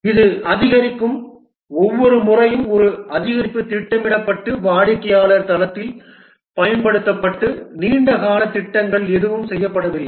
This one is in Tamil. இது அதிகரிக்கும் ஒவ்வொரு முறையும் ஒரு அதிகரிப்பு திட்டமிடப்பட்டு வாடிக்கையாளர் தளத்தில் பயன்படுத்தப்பட்டு நீண்ட கால திட்டங்கள் எதுவும் செய்யப்படவில்லை